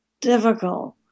difficult